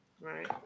Right